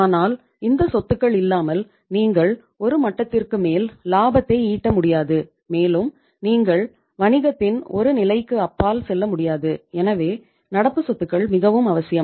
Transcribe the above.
ஆனால் இந்த சொத்துக்கள் இல்லாமல் நீங்கள் ஒரு மட்டத்திற்கு மேல் லாபத்தை ஈட்ட முடியாது மேலும் நீங்கள் வணிகத்தின் ஒரு நிலைக்கு அப்பால் செல்ல முடியாது எனவே நடப்பு சொத்துக்கள் மிகவும் அவசியம்